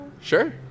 Sure